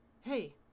Hey